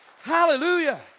Hallelujah